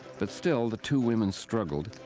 but still the two women struggled.